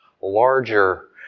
larger